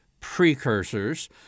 precursors